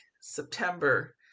September